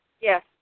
Yes